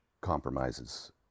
compromises